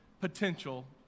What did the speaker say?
potential